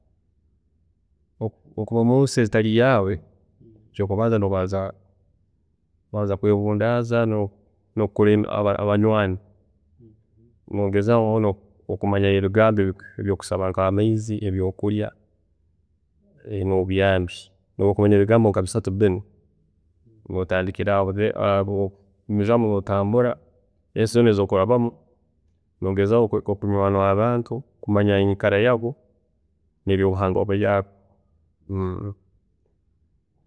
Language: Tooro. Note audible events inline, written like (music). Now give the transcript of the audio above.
﻿Obu’okuba ori munsi etari yaawe, ekyokubaza nobanza (hesitation) kwebundaza nokukora abanywaani. Nogezaaho muno kumanya ebigambo ebyokusaba nka’amaizi, ebyokurya, nobuyambi, nobwokumanya ebigambo nkabisatu, bina, notandikiraaho. Then nogumizaamu notambura, ensi zoona ezi okurabamu, nogezaaho kunywaana abantu, kumanya enyikara yabo nebyobuhangwa bwaabo.